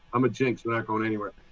i'm a jinx. not going anywhere.